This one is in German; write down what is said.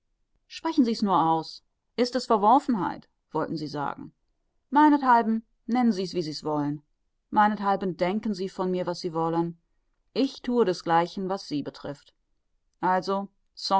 sprechen sie's nur aus ist es verworfenheit wollten sie sagen meinethalben nennen sie's wie sie wollen meinethalben denken sie von mir was sie wollen ich thue desgleichen was sie betrifft also